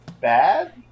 bad